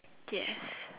yes